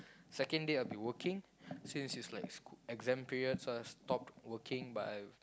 second day I'll be working since it's like sc~ exam period so I stop working but I